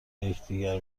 یکدیگر